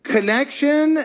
Connection